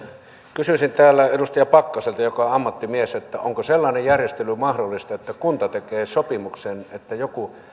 kysyisin täällä edustaja pakkaselta joka on ammattimies onko sellainen järjestely mahdollinen että kunta tekee sopimuksen että joku